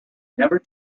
never